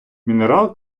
мінерал